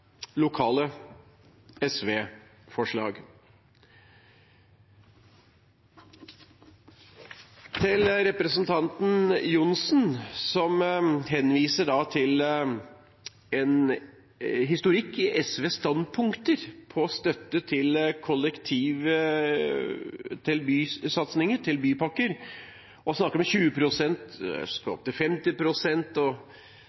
lokale SV-forslag. Til representanten Johnsen, som henviser til en historikk om SVs standpunkter når det gjelder støtte til bysatsinger, til bypakker, og snakker om 20 pst. og